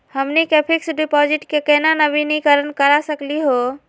हमनी के fix deposit क केना नवीनीकरण करा सकली हो?